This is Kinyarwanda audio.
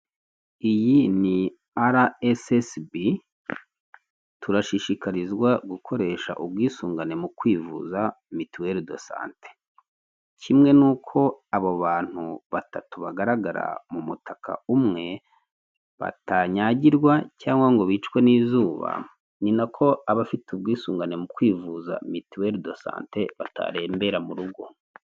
Iyi ni arayesesibi turashishikarizwa gukoresha ubwisungane mu kwivuza mitwere densate kimwe n'uko abo bantu batatu bagaragara m'umutaka umwe batanyagirwa cyangwa ngo bicwe n'izuba ni nako abafite ubwisungane mu kwivuza mitwere densate batarembera m'urugo.